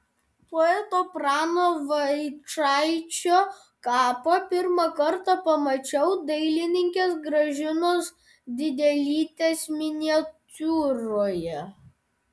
poeto prano vaičaičio kapą pirmą kartą pamačiau dailininkės gražinos didelytės miniatiūroje